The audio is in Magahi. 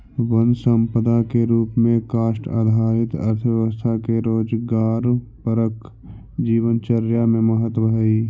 वन सम्पदा के रूप में काष्ठ आधारित अर्थव्यवस्था के रोजगारपरक जीवनचर्या में महत्त्व हइ